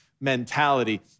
mentality